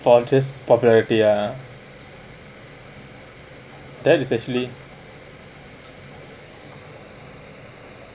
for all this popularity ah that is actually